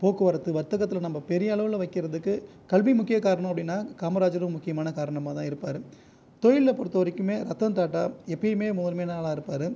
போக்குவரத்து வர்த்தகத்தில் நம்ம பெரிய அளவில் வைக்கிறதுக்கு கல்வி முக்கிய காரணம் அப்படின்னால் காமராஜரும் முக்கியமான காரணமாக தான் இருப்பார் தொழிலை பொறுத்தவரைக்குமே ரத்தன் டாட்டா எப்பயுமே முதன்மையான ஆளாக இருப்பார்